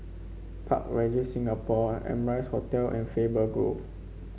Park Regis Singapore Amrise Hotel and Faber Grove